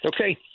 Okay